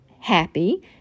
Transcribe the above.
happy